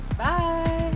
Bye